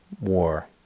war